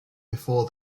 before